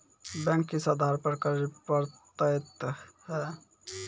Bank किस आधार पर कर्ज पड़तैत हैं?